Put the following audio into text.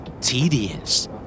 Tedious